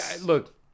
look